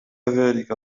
ذلك